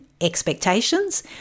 expectations